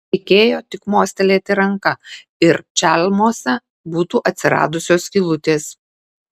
reikėjo tik mostelėti ranka ir čalmose būtų atsiradusios skylutės